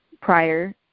prior